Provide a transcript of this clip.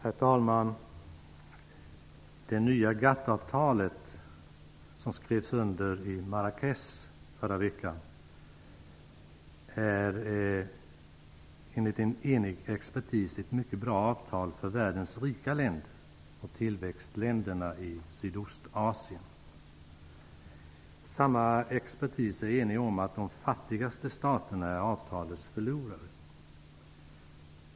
Herr talman! Det nya GATT-avtalet skrevs under i Marrakech förra veckan. Avtalet är enligt en enig expertis mycket bra för världens rika länder och för tillväxtländerna i Sydostasien. Samma expertis är enig om att de fattigaste staterna är avtalets förlorare.